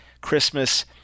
Christmas